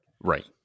Right